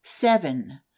Seven